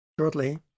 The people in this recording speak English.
shortly